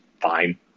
fine